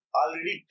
already